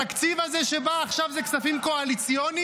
התקציב הזה שבא עכשיו הוא כספים קואליציוניים?